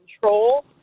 control